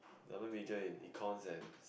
double major in econs and